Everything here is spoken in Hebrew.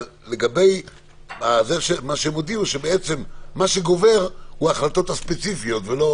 אבל הם הודיעו שמה שגובר הוא ההחלטות הספציפיות.